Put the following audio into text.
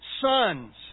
sons